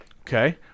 Okay